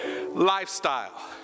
lifestyle